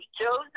Joseph